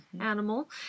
animal